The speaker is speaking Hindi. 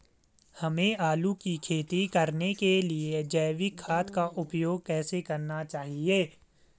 हमें आलू की खेती करने के लिए जैविक खाद का उपयोग कैसे करना चाहिए?